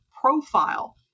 profile